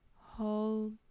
Hold